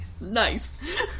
Nice